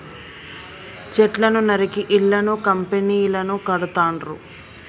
చెట్లను నరికి ఇళ్లను కంపెనీలను కడుతాండ్రు